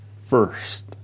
first